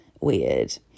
Weird